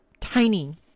tiny